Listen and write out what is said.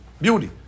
Beauty